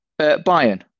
Bayern